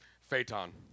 Phaeton